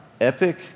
epic